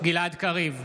גלעד קריב,